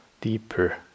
deeper